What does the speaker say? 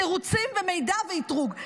תירוצים ומידע ואתרוג.